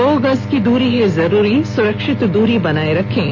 दो गज की दूरी है जरूरी सुरक्षित दूरी बनाए रखें